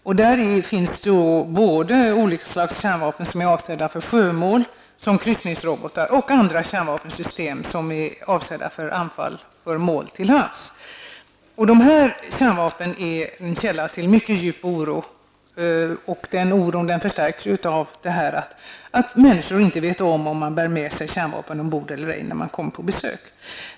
Bland dessa finns både olika slags kärnvapen som är avsedda för sjömål, som kryssningsrobotar, och andra kärnvapensystem, som är avsedda för anfall mot mål till lands. Dessa kärnvapen är en källa till mycket djup oro, och den oron förstärks av att människor inte vet om fartyg bär med sig kärnvapen eller ej när de kommer på besök.